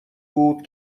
بود